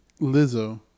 Lizzo